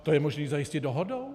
To je možné zajistit dohodou?